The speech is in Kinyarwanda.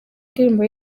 ndirimbo